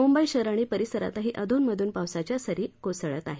मुंबई शहर आणि परिसरातही अधूनमधून पावसाच्या सरी कोसळत आहेत